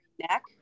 neck